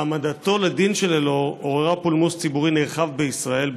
העמדתו לדין של אלאור עוררה פולמוס ציבורי נרחב בישראל,